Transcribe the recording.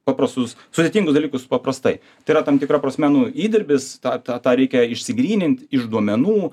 paprastus sudėtingus dalykus paprastai tai yra tam tikra prasme nu įdirbis tą tą tą reikia išsigrynint iš duomenų